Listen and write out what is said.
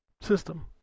system